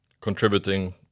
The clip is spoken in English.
contributing